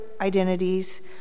identities